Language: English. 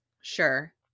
Sure